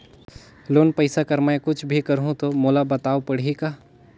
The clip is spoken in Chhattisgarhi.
लोन पइसा कर मै कुछ भी करहु तो मोला बताव पड़ही का?